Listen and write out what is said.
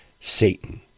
Satan